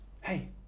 Hey